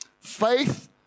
Faith